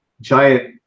Giant